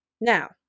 Now